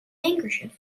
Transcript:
handkerchief